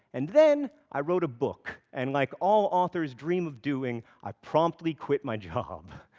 and then i wrote a book, and like all authors dream of doing, i promptly quit my job.